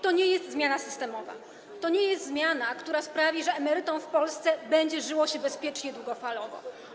To nie jest zmiana systemowa, to nie jest zmiana, która sprawi, że emerytom w Polsce będzie żyło się bezpiecznie długofalowo.